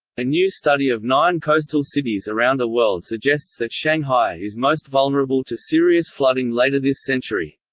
a new study of nine coastal cities around the world suggests that shanghai is most vulnerable to serious flooding later this century.